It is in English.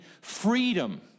freedom